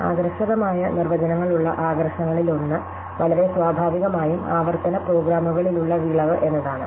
ആകർഷകമായ നിർവചനങ്ങളുള്ള ആകർഷണങ്ങളിലൊന്ന് വളരെ സ്വാഭാവികമായും ആവർത്തന പ്രോഗ്രാമുകളിലുള്ള വിളവ് എന്നതാണ്